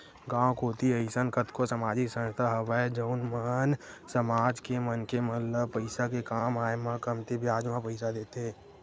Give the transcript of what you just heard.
गाँव कोती अइसन कतको समाजिक संस्था हवय जउन मन समाज के मनखे मन ल पइसा के काम आय म कमती बियाज म पइसा देथे